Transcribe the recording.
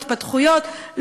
התפתחויות,